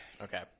Okay